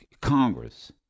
Congress